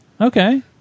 Okay